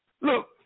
Look